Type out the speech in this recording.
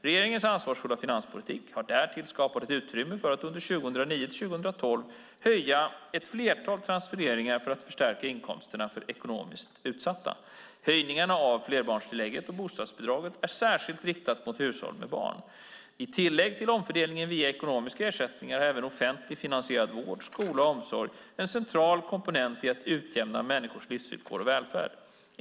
Regeringens ansvarsfulla finanspolitik har därtill skapat utrymme för att under 2009-2012 höja ett flertal transfereringar för att förstärka inkomsterna för ekonomiskt utsatta. Höjningarna av flerbarnstillägget och bostadsbidraget har särskilt riktats mot hushåll med barn. I tillägg till omfördelning via ekonomiska ersättningar är även offentligt finansierad vård, skola och omsorg en central komponent i att utjämna människors livsvillkor och välfärd.